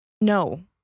no